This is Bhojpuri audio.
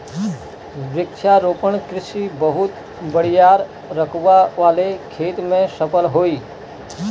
वृक्षारोपण कृषि बहुत बड़ियार रकबा वाले खेत में सफल होई